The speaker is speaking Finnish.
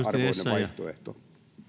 vaihtoehto